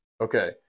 Okay